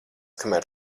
kamēr